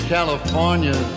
California